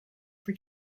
for